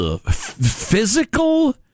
Physical